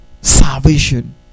Salvation